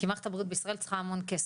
כי מערכת הבריאות בישראל צריכה המון כסף.